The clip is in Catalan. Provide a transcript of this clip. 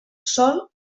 sol